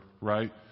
right